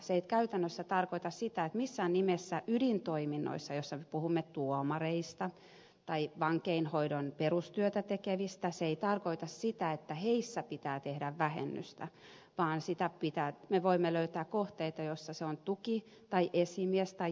se ei käytännössä missään nimessä tarkoita sitä että pitää tehdä vähennystä ydintoiminnoissa joissa me puhumme tuomareista tai vankeinhoidon perustyötä tekevistä se ei tarkoita sitä vaan me voimme löytää kohteita tuki esimies tai johtotehtävissä